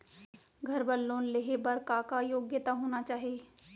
घर बर लोन लेहे बर का का योग्यता होना चाही?